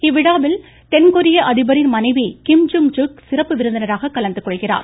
இவ்விழாவில் தென்கொரிய அதிபரின் மனைவி கிம் ஜுங் சுக் சிறப்பு விருந்தினராக கலந்து கொள்கிறார்